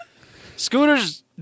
Scooter's